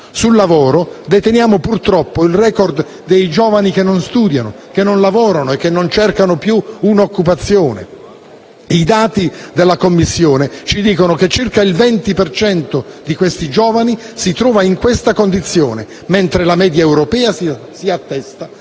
Sul lavoro deteniamo purtroppo il *record* dei giovani che non studiano, che non lavorano e che non cercano più un'occupazione. I dati della Commissione ci dicono che circa il 20 per cento dei nostri giovani si trova in questa condizione, mentre la media europea si attesta